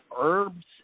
herbs